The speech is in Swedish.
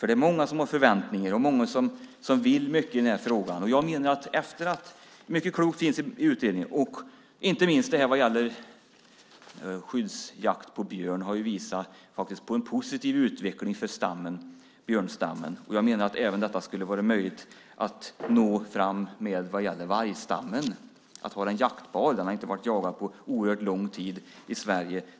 Det är många som har förväntningar och vill mycket i denna fråga. Mycket klokt finns i utredningen. Inte minst har detta med skyddsjakt på björn visat på en positiv utveckling för björnstammen. Jag menar att detta även skulle vara möjligt att nå vad gäller vargstammen, att ha den jaktbar. Den har inte varit jagad på oerhört lång tid i Sverige.